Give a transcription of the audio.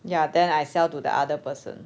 ya then I sell to the other person